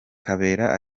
kabera